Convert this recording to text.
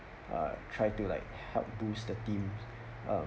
uh try to like help boost the team's um